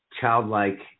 childlike